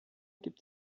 gibt